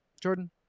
Jordan